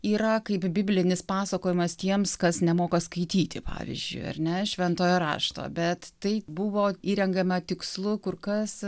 yra kaip biblinis pasakojimas tiems kas nemoka skaityti pavyzdžiui ar ne šventojo rašto bet tai buvo įrengiama tikslu kur kas